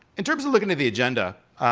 in terms of looking at the agenda,